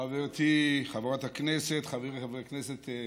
חברתי חברת הכנסת, חברי הכנסת,